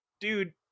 dude